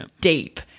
deep